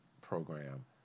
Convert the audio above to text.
program